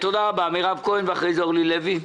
מירב כהן ואחרי זה אורלי לוי.